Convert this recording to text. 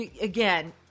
again